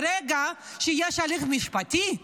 ברגע שיש הליך משפטי,